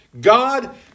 God